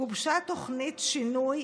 גובשה תוכנית שינוי